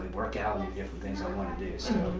work out, and do different things i want to do. so